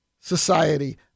society